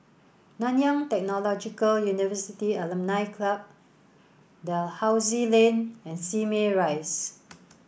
Nanyang Technological University Alumni Club Dalhousie Lane and Simei Rise